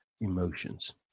emotions